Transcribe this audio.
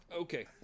Okay